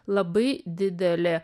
labai didelė